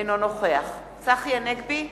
אינו נוכח צחי הנגבי,